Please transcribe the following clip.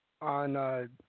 on